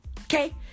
Okay